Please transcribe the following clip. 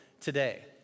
today